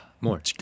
More